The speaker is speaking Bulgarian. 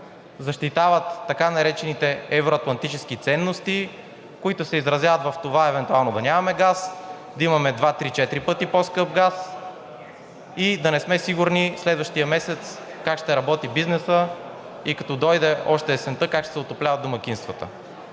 защитават така наречените евро-атлантически ценности, които се изразяват в това евентуално да нямаме газ, да имаме два, три, четири пъти по-скъп газ и да не сме сигурни следващия месец как ще работи бизнесът и като дойде есента, как ще се отопляват домакинствата.